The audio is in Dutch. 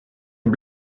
een